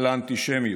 על האנטישמיות.